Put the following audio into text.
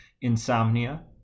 insomnia